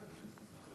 אורי, חצי